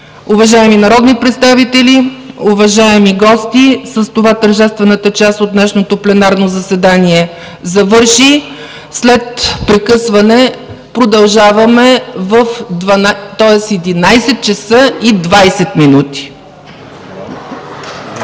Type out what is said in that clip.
Уважаеми народни представители, уважаеми гости, с това тържествената част от днешното пленарно заседание завърши. След прекъсване, продължаваме в 11,20 ч.